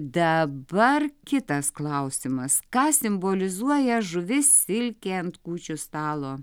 dabar kitas klausimas ką simbolizuoja žuvis silkė ant kūčių stalo